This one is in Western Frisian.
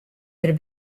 der